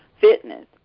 fitness